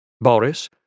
Boris